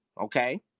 okay